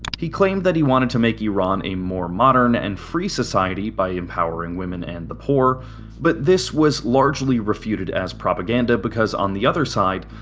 he claimed that he wanted to make iran a more modern and free society by empowering women and poor but this was largely refuted as propaganda because, on the other side,